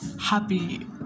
happy